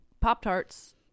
Pop-Tarts